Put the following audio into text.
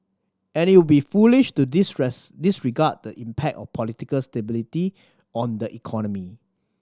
and it would be foolish to disregard the impact of political stability on the economy